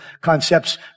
concepts